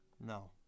No